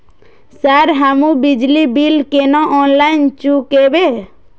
Sir हमू बिजली bill केना ऑनलाईन चुकेबे?